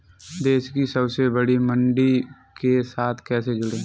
देश की सबसे बड़ी मंडी के साथ कैसे जुड़ें?